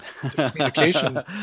communication